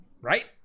right